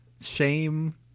shame